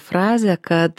frazę kad